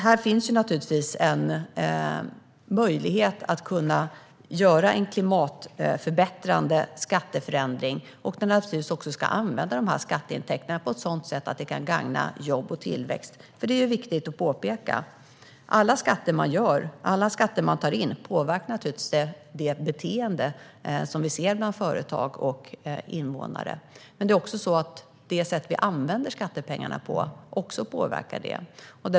Här finns en möjlighet att göra en klimatförbättrande skatteändring, och skatteintäkterna ska naturligtvis användas på ett sätt som gagnar jobb och tillväxt. Detta är viktigt att påpeka: Alla skatter man tar in påverkar det beteende vi ser hos företag och invånare, men det sätt på vilket vi använder skattepengarna påverkar också.